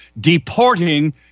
deporting